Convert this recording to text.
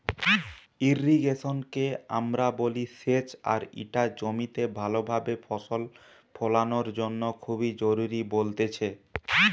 irrigation কে আমরা বলি সেচ আর ইটা জমিতে ভালো ভাবে ফসল ফোলানোর জন্য খুবই জরুরি বলতেছে